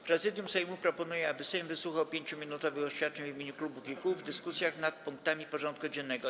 Prezydium Sejmu proponuje, aby Sejm wysłuchał 5-minutowych oświadczeń w imieniu klubów i kół w dyskusjach nad punktami porządku dziennego.